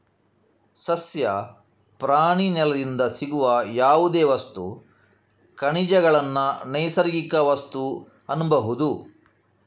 ಸಸ್ಯ, ಪ್ರಾಣಿ, ನೆಲದಿಂದ ಸಿಗುವ ಯಾವುದೇ ವಸ್ತು, ಖನಿಜಗಳನ್ನ ನೈಸರ್ಗಿಕ ವಸ್ತು ಅನ್ಬಹುದು